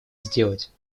сделать